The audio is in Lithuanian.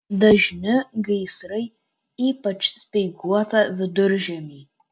dažni gaisrai ypač speiguotą viduržiemį